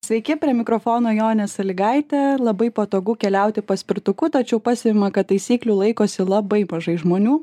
sveiki prie mikrofono jonė salygaitė labai patogu keliauti paspirtuku tačiau pastebima kad taisyklių laikosi labai mažai žmonių